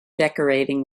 decorating